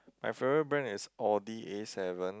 my favorite brand is Audi A seven